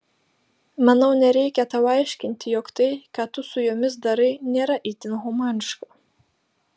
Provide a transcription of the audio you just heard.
manau nereikia tau aiškinti jog tai ką tu su jomis darai nėra itin humaniška